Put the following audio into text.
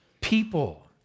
people